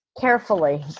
Carefully